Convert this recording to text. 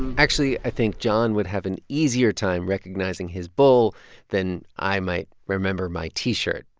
actually, i think john would have an easier time recognizing his bull than i might remember my t-shirt,